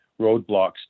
roadblocks